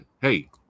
hey